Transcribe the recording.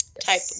type